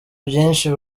byinshi